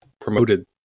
promoted